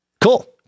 Cool